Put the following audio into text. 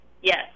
yes